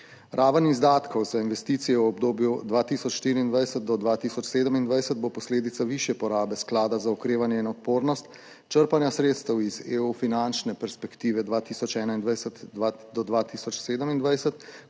Raven izdatkov za investicije v obdobju 2024 do 2027 bo posledica višje porabe sklada za okrevanje in odpornost, črpanja sredstev iz EU, finančne perspektive 2021 do 2027,